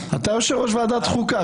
אתה יושב-ראש ועדת חוקה.